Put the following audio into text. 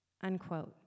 unquote